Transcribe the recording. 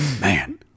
man